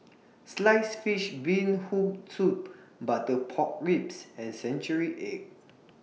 Sliced Fish Bee Hoon Soup Butter Pork Ribs and Century Egg